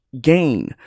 gain